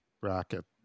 bracket